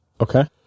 Okay